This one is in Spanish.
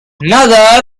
nadar